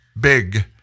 big